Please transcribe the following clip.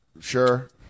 Sure